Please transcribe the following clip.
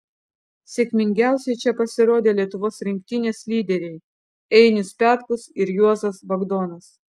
sėkmingiausiai čia pasirodė lietuvos rinktinės lyderiai einius petkus ir juozas bagdonas